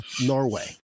norway